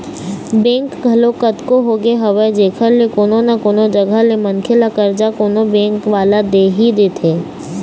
bank घलोक कतको होगे हवय जेखर ले कोनो न कोनो जघा ले मनखे ल करजा कोनो बेंक वाले ह दे ही देथे